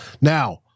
Now